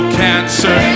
cancer